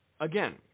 again